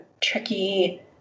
tricky